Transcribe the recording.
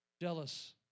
jealous